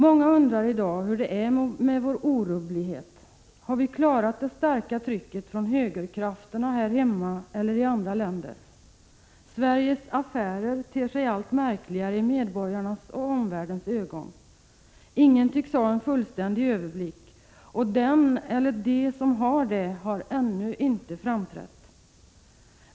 Många undrar i dag hur det är med vår orubblighet. Har vi klarat det starka trycket från högerkrafterna här hemma och i andra länder? Sveriges ”affärer” ter sig allt märkligare i medborgarnas och omvärldens ögon. Ingen tycks ha en fullständig överblick — och den eller de som har det har ännu inte framträtt.